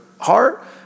heart